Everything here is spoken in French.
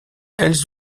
elles